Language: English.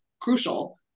crucial